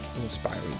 inspiring